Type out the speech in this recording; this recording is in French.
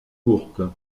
courtes